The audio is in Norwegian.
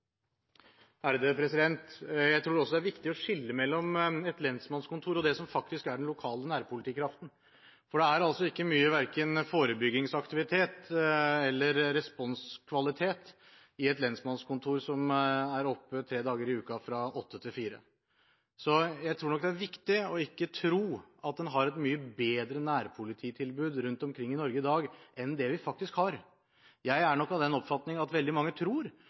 Jeg tror det er viktig å skille mellom et lensmannskontor og det som er den lokale nærpolitikraften, for det er ikke mye verken forebyggingsaktivitet eller responskvalitet på et lensmannskontor som er oppe tre dager i uken fra kl. 8 til kl. 16. Jeg tror nok det er viktig ikke å tro at en har et mye bedre nærpolititilbud rundt omkring i Norge i dag enn det vi faktisk har. Jeg er nok av den oppfatning at veldig mange tror